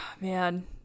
man